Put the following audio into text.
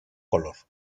color